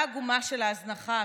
התוצאה העגומה של ההזנחה,